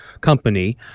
company